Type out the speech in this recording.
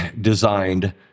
designed